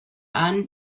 han